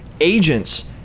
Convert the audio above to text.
agents